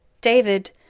David